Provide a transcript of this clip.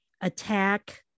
attack